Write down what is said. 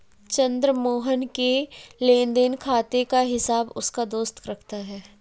चंद्र मोहन के लेनदेन खाते का हिसाब उसका दोस्त रखता है